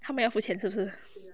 他们要付钱是不是